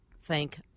thank